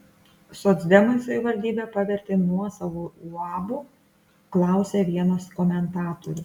socdemai savivaldybę pavertė nuosavu uabu klausia vienas komentatorius